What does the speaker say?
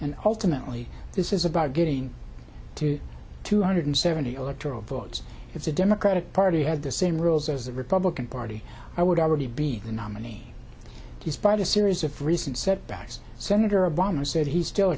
and ultimately this is about getting to two hundred seventy electoral votes if the democratic party had the same rules as the republican party i would already be the nominee despite a series of recent setbacks senator obama said he still